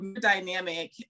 dynamic